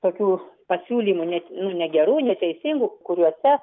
tokių pasiūlymų net nu negerų neteisingų kuriuose